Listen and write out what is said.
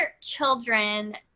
children